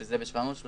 שזה ב-730